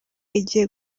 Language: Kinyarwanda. igiye